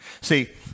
See